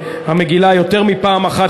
יותר מפעם אחת,